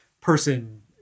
person